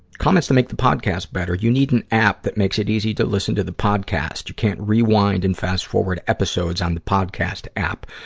comments to make the podcast better you need an app that makes it easy to listen to the podcast. you can't rewind and fast-forward episodes on the podcast app.